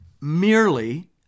merely